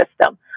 system